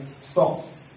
salt